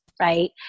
right